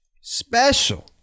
special